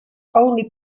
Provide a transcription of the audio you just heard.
only